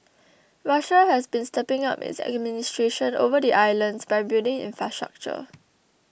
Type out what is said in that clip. Russia has been stepping up its administration over the islands by building infrastructure